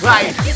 Right